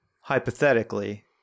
hypothetically